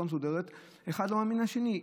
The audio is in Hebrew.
אחד לא מאמין לשני.